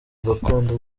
gakondo